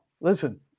listen